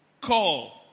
Call